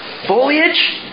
Foliage